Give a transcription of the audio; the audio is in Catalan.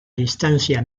distància